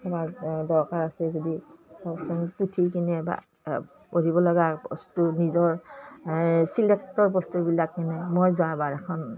কাৰোবাৰ দৰকাৰ আছে যদি পুথি কিনে বা পঢ়িব লগা বস্তু নিজৰ চিলেক্টৰ বস্তুবিলাক কিনে মই যোৱাবাৰ এখন